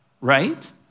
right